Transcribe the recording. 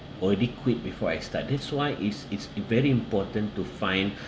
already quit before I start that's why it's it's very important to find